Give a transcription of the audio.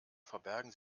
verbergen